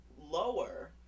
lower